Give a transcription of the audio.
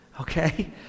okay